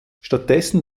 stattdessen